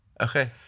Okay